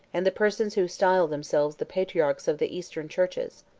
and the persons who style themselves the patriarchs of the eastern churches.